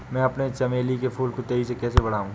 मैं अपने चमेली के फूल को तेजी से कैसे बढाऊं?